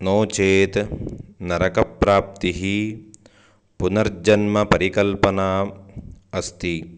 नो चेत् नरकप्राप्तिः पुनर्जन्मपरिकल्पनाम् अस्ति